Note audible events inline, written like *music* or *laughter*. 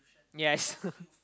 yes *laughs*